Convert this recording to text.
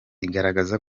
igaragaza